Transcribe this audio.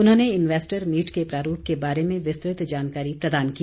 उन्होंने investor meet के प्रारूप के बारे में विस्तृत जानकारी प्रदान की